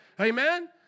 Amen